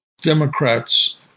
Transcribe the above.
Democrats